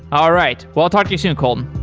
all right. well, i'll talk to you soon, kolton.